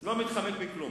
אני לא מתחמק מכלום.